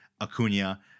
Acuna